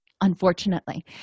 unfortunately